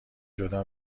جدا